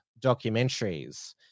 documentaries